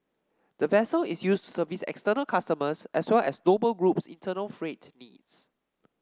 the vessel is used to service external customers as well as Noble Group's internal freight needs